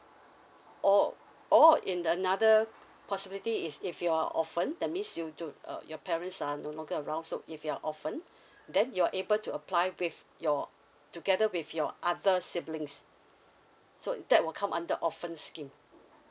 or or in another possibility is if you're orphan that means you do uh your parents are no longer around so if you're orphan then you're able to apply with your together with your other siblings so that will come under orphan scheme